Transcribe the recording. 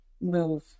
move